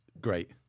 great